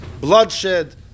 bloodshed